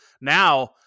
now